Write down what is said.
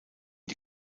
die